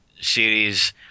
series